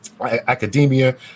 academia